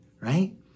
right